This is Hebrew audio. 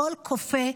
הכול קופא,